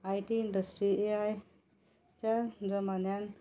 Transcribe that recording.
I T industry ए आयच्या जमान्यांत